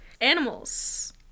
animals